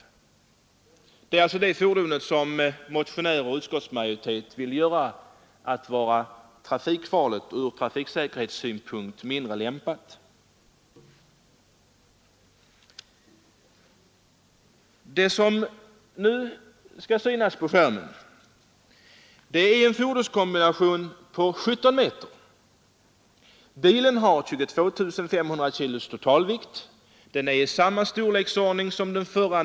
Detta är alltså det fordon som motionärer och utskottsmajoritet vill ha till att vara trafikfarligt och mindre lämpligt ur trafiksäkerhetssynpunkt. Det fordon vi nu ser på intern-TV-skärmen är en fordonskombination på 17 meter. Bilen har en totalvikt på 22500 kg, den har samma motorstyrka o. d. som den förra.